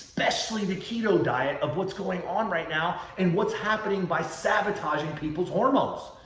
especially the keto diet, of what's going on right now and what's happening by sabotaging people's hormones.